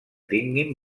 tinguin